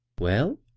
well?